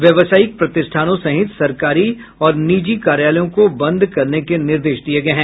व्यावसायिक प्रतिष्ठानों सहित सरकारी और निजी कार्यालयों को बंद करने के निर्देश दिये गये हैं